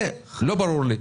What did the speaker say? זה לא ברור לי.